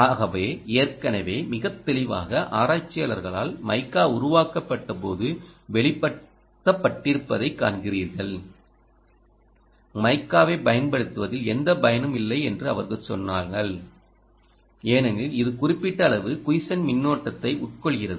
ஆகவே ஏற்கனவே மிகத் தெளிவாக ஆராய்ச்சியாளர்களால் மைக்கா உருவாக்கப்பட்ட போது வெளிப்படுத்தப்பட்டிருப்பதைக் காண்கிறீர்கள் மைக்காவைப் பயன்படுத்துவதில் எந்தப் பயனும் இல்லை என்று அவர்கள் சொன்னார்கள் ஏனெனில் இது குறிப்பிட்ட அளவு குயிசன்ட் மின்னோட்டத்தை உட்கொள்கிறது